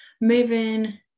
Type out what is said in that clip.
moving